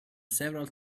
several